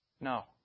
No